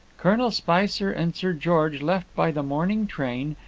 colonel spicer and sir george left by the morning train,